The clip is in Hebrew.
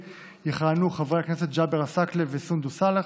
יכהנו חברי הכנסת ג'אבר עסאקלה וסונדוס סאלח,